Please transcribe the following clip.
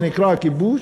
שנקרא הכיבוש.